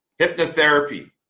Hypnotherapy